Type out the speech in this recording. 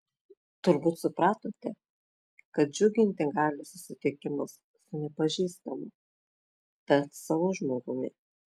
turbūt supratote kad džiuginti gali susitikimas su nepažįstamu bet savu žmogumi